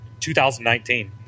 2019